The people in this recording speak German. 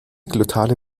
glottale